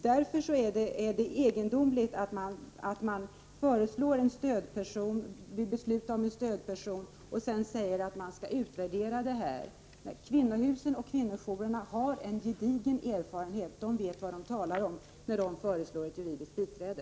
Därför är det egendomligt att man beslutar om en stödperson — och sedan säger man att detta skall utvärderas. Kvinnorna på kvinnohusen och kvinnojourerna har redan en gedigen erfarenhet. De vet vad det handlar om när de föreslår ett juridiskt biträde.